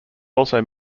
also